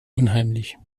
unheimlich